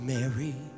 Mary